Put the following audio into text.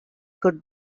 could